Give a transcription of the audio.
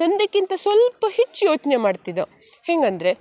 ತಂದೆಗಿಂತ ಸ್ವಲ್ಪ ಹೆಚ್ಚು ಯೋಚನೆ ಮಾಡ್ತಿದ ಹೆಂಗಂದರೆ